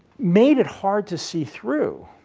made it hard to see through,